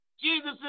Jesus